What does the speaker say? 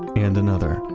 and another.